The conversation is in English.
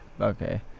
Okay